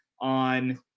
on